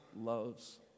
loves